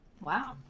Wow